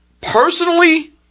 Personally